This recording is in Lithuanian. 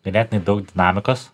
ganėtinai daug dinamikos